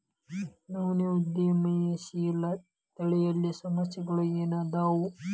ನವೇನ ಉದ್ಯಮಶೇಲತೆಯಲ್ಲಿನ ಸಮಸ್ಯೆಗಳ ಏನದಾವ